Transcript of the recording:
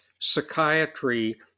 Psychiatry